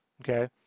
Okay